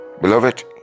Beloved